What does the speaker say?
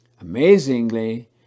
Amazingly